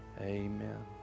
Amen